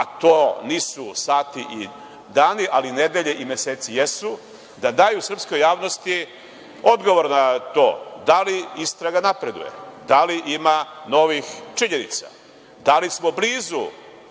a to nisu sati i dani, ali nedelje i meseci jesu, da daju srpskoj javnosti odgovor na to da li istraga napreduje, da li ima novih činjenica, da li smo blizu